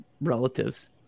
relatives